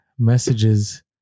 messages